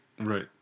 Right